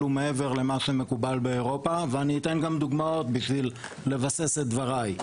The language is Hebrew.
ומעבר למה שמקובל באירופה ואני אתן גם דוגמאות בשביל לבסס את דבריי.